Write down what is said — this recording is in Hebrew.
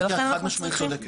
גברתי, את חד משמעית צודקת.